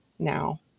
Now